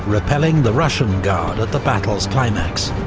repelling the russian guard at the battle's climax.